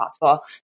possible